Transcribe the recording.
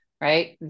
right